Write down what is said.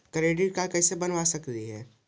Credit card कैसे बनबा सकली हे?